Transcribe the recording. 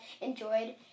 enjoyed